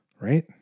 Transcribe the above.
Right